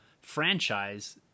franchise